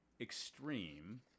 extreme